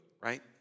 Right